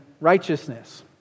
righteousness